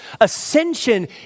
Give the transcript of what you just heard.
ascension